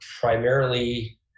primarily